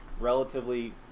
relatively